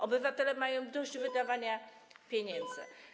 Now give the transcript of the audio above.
Obywatele mają dość wydawania pieniędzy.